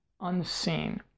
unseen